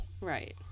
Right